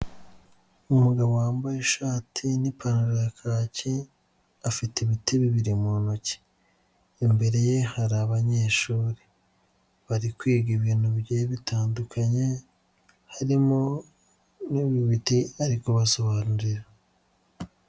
Umugabo wambaye ishati n'ipantaro ya kaki, afite ibiti bibiri mu ntoki, imbere ye hari abanyeshuri bari kwiga ibintu bigiye bitandukanye, harimo n'ibiti arimo abasobanurira.